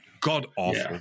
God-awful